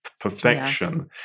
Perfection